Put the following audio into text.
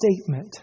statement